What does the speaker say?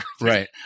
Right